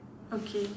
okay